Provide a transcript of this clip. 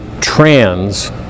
trans